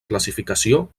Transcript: classificació